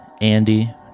Andy